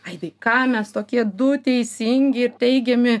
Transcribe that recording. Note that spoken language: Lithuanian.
aidai ką mes tokie du teisingi ir teigiami